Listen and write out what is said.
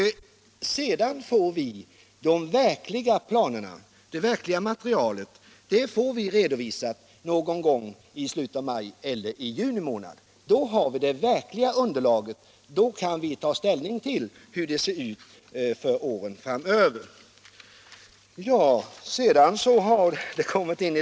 Det verkliga materialet får vi sedan redovisa någon gång i slutet av maj eller i juni månad. Då har vi det reella underlaget, och då kan vi ta ställning till hur det ser ut för åren framöver.